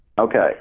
Okay